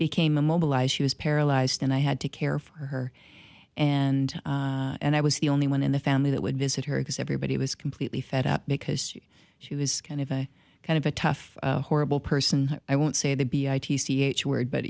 became immobilize she was paralyzed and i had to care for her and and i was the only one in the family that would visit her because everybody was completely fed up because she was kind of a kind of a tough horrible person i won't say the b i t c h word but